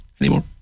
anymore